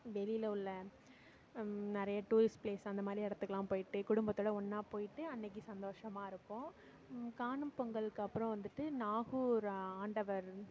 வெளியில் உள்ள நிறைய டூரிஸ்ட் பிளேஸ் அந்தமாதிரி எடத்துக்கெல்லாம் போய்ட்டு குடும்பத்தோடு ஒன்னாக போய்ட்டு அன்னைக்கு சந்தோஷமாக இருப்போம் காணும் பொங்கலுக்கு அப்றம் வந்துவிட்டு நாகூர் ஆண்டவர்